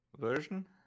Version